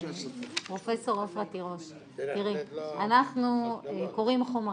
--- פרופ' עפרה תירוש, אנחנו קוראים חומרים,